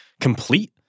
complete